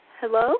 Hello